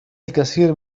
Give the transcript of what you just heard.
الكثير